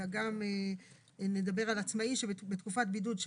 אלא גם נדבר על עצמאי שבתקופת בידוד,